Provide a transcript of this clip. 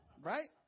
Right